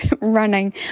running